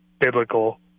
biblical